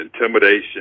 intimidation